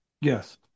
Yes